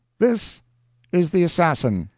this is the assassin!